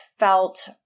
felt